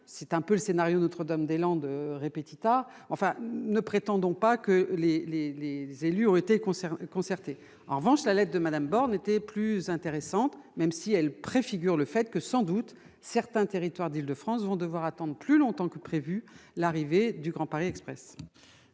c'est un peu le scénario Notre-Dame-des-Landes répétita enfin ne prétendons pas que les, les, les élus ont été conservés concertée en revanche à l'aide de Madame Borne était plus intéressante, même si elle préfigure le fait que sans doute certains territoires d'Île-de-France vont devoir attendre plus longtemps que prévu l'arrivée du Grand Paris Express.